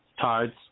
tides